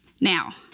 Now